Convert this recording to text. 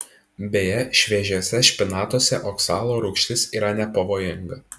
beje šviežiuose špinatuose oksalo rūgštis yra nepavojinga